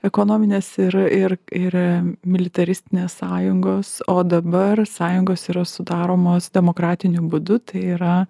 ekonominės ir ir ir militaristinės sąjungos o dabar sąjungos yra sudaromos demokratiniu būdu tai yra